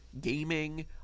gaming